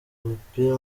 mupira